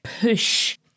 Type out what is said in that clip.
push